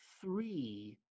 three